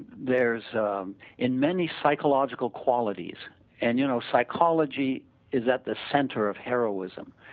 there is um in many psychological qualities and you know psychology is at the center of heroism.